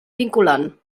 vinculant